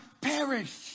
perish